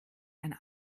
ein